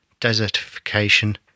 desertification